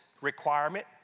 requirement